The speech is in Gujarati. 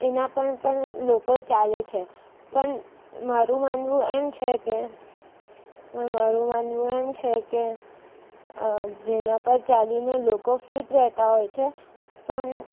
એના પણ પણ લોકો ચાલે છે પણ મારું માનવું એમ છેકે મારું માનવું એમ છે કે જેના પર ચાલીને લોકો ફિટ રહેતાં હોય છે પણ